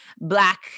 Black